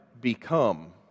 become